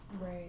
Right